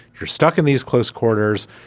you're stuck in these close quarters.